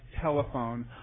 telephone